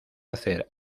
hacer